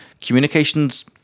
communications